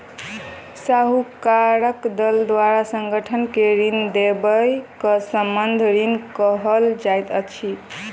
साहूकारक दल द्वारा संगठन के ऋण देबअ के संबंद्ध ऋण कहल जाइत अछि